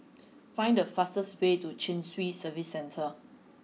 find the fastest way to Chin Swee Service Centre